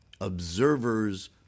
Observers